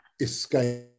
escape